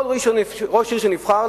כל ראש עיר שנבחר,